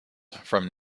from